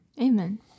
Amen